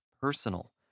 personal